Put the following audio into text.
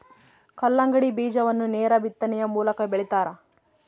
ಕಲ್ಲಂಗಡಿ ಬೀಜವನ್ನು ನೇರ ಬಿತ್ತನೆಯ ಮೂಲಕ ಬೆಳಿತಾರ